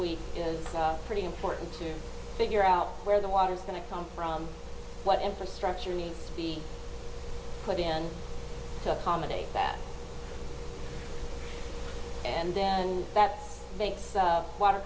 week pretty important to figure out where the water's going to come from what infrastructure needs to be put in to accommodate that and then that makes water